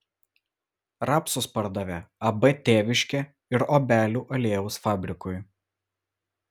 rapsus pardavė ab tėviškė ir obelių aliejaus fabrikui